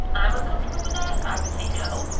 i'm uncomfortable with that, so i would say no.